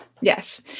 Yes